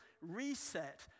reset